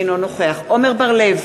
אינו נוכח עמר בר-לב,